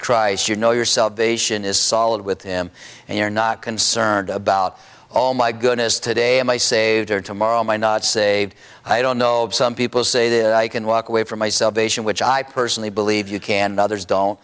christ you know yourself is solid with him and you're not concerned about all my goodness today am i saved or tomorrow by not saved i don't know some people say that i can walk away from myself nation which i personally believe you can do others don't